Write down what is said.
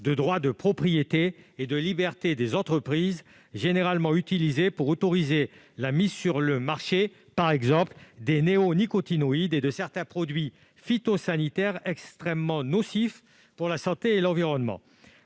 de droit de propriété et de liberté des entreprises, généralement utilisés pour autoriser la mise sur le marché, par exemple, des néonicotinoïdes et de certains produits phytosanitaires extrêmement nocifs pour la santé et l'environnement.